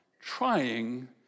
trying